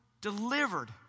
delivered